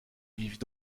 vivent